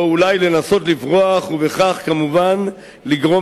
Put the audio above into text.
או אולי לנסות לברוח ובכך כמובן לגרום